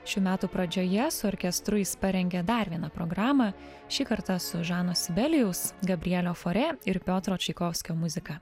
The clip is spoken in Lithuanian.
šių metų pradžioje su orkestru jis parengė dar vieną programą šį kartą su žano sibelijaus gabrielio forė ir piotro čaikovskio muzika